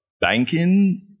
banking